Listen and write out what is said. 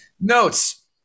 Notes